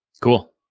Cool